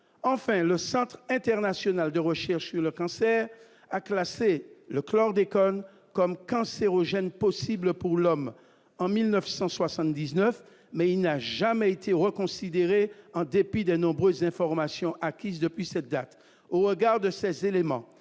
enfin le Centre international de recherche sur le cancer a classé le chlordécone comme cancérogènes possibles pour l'homme en 1979 mais il n'a jamais été reconsidérée, en dépit de nombreuses informations acquises depuis cette date au regard de cesser les